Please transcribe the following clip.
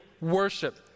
worship